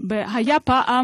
היה פעם